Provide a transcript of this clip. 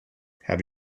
have